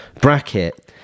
bracket